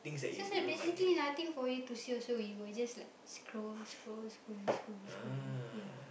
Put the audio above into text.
so so basically nothing for you to see also you will just like scroll scroll scroll scroll scroll ya